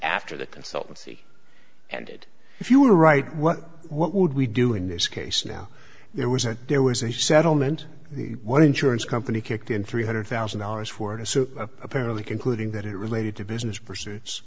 after the consultancy ended if you were right what what would we do in this case now there was a there was a settlement the one insurance company kicked in three hundred thousand dollars for a suit apparently concluding that it related to business pursuits